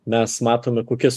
mes matome kokias